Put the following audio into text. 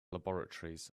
laboratories